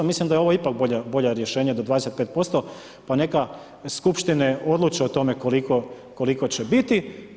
Mislim da je ovo ipak bolje rješenje do 25%, pa neka skupštine odluče o tome koliko će biti.